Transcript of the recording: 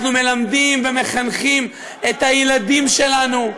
אנחנו מלמדים ומחנכים את הילדים שלנו,